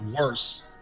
worse